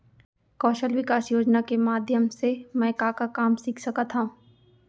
कौशल विकास योजना के माधयम से मैं का का काम सीख सकत हव?